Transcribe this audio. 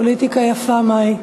אני מקווה שלמדתם פוליטיקה יפה מהי.